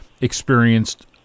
experienced